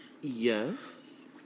yes